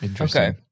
Okay